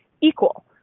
equal